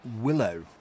willow